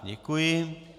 Děkuji.